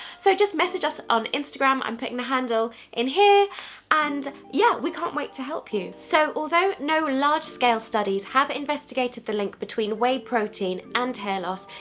so just message us on instagram i'm putting the handle in here and yeah, we can't wait to help you! so although no large-scale studies have investigated the link between whey protein and hair loss,